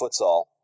futsal